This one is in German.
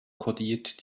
kodiert